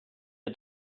had